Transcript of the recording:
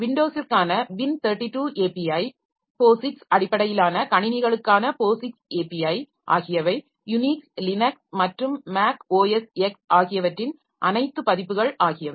விண்டோஸிற்கான Win 32 API POSIX அடிப்படையிலான கணினிகளுக்கான POSIX API ஆகியவை யுனிக்ஸ் லினக்ஸ் மற்றும் மேக் ஓஎஸ் எக்ஸ் ஆகியவற்றின் அனைத்து பதிப்புகள் ஆகியவை